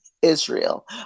israel